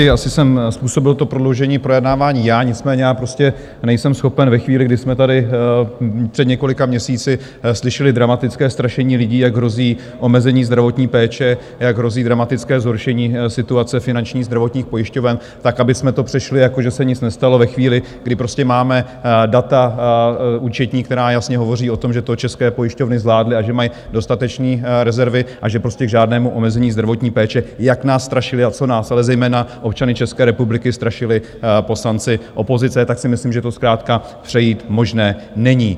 Asi jsem způsobil to prodloužení projednávání já, nicméně prostě nejsem schopen ve chvíli, kdy jsme tady před několika měsíci slyšeli dramatické strašení lidí, jak hrozí omezení zdravotní péče, jak hrozí dramatické zhoršení situace finanční zdravotních pojišťoven, tak abychom to přešli, jako že se nic nestalo, ve chvíli, kdy prostě máme data účetní, která jasně hovoří o tom, že to české pojišťovny zvládly, že mají dostatečné rezervy a že prostě k žádnému omezení zdravotní péče, jak nás strašily, a co nás, ale zejména občany České republiky strašili poslanci opozice, tak si myslím, že to zkrátka přejít možné není.